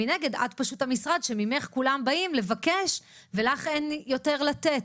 מנגד את המשרד שממך כולם באים לבקש ולך אין יותר לתת.